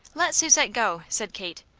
let susette go! said kate.